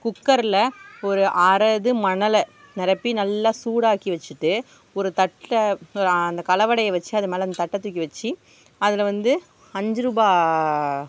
குக்கரில் ஒரு அரை இது மணலை நிரப்பி நல்லா சூடாக்கி வச்சுட்டு ஒரு தட்டை அந்த கலவடையை வச்சு அது மேலே அந்த தட்டை தூக்கி வச்சு அதில் வந்து அஞ்சு ரூபாய்